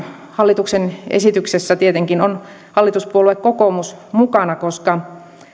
hallituksen esityksessä tietenkin on hallituspuolue kokoomus mukana